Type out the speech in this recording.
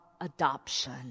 adoption